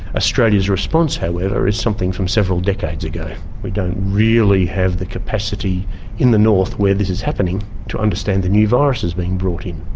australia's response however is something from several decades ago. we don't really have the capacity in the north where this is happening to understand the new viruses being brought in,